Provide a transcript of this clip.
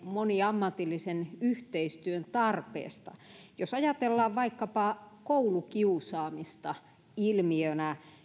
moniammatillisen yhteistyön tarpeesta jos ajatellaan vaikkapa koulukiusaamista ilmiönä